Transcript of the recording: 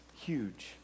huge